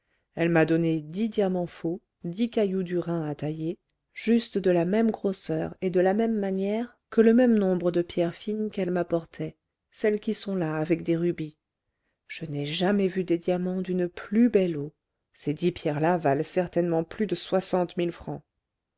elle m'a donné dix diamants faux dix cailloux du rhin à tailler juste de la même grosseur et de la même manière que le même nombre de pierres fines qu'elle m'apportait celles qui sont là avec des rubis je n'ai jamais vu des diamants d'une plus belle eau ces dix pierres là valent certainement plus de soixante mille francs